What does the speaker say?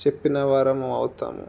చెప్పిన వారము అవుతాము